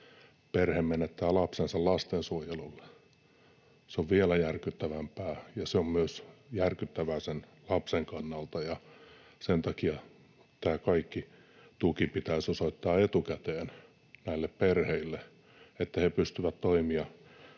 perhe menettää lapsensa lastensuojelulle. Se on vielä järkyttävämpää, ja se on myös järkyttävää sen lapsen kannalta. Sen takia tämä kaikki tuki pitäisi osoittaa etukäteen näille perheille, niin että he pystyvät toimimaan